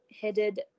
headed